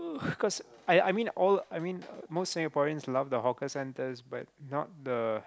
cause I I mean all I mean most Singaporeans love the hawker centres but not the